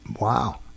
Wow